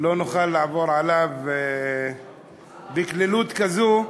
לא נוכל לעבור עליו בקלילות כזאת,